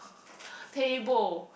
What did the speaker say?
table